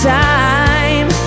time